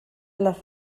les